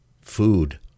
food